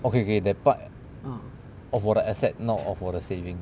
okay okay that part of 我的 assets not of 我的 saving